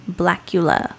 blackula